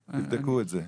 תבדקו את זה.